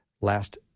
last